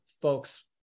folks